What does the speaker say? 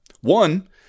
One